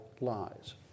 lies